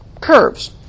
curves